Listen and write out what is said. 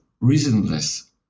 reasonless